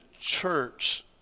church